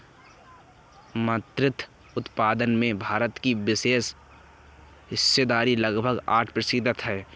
मत्स्य उत्पादन में भारत की वैश्विक हिस्सेदारी लगभग आठ प्रतिशत है